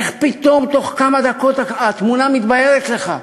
איך פתאום תוך כמה דקות התמונה מתבהרת לך,